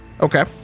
Okay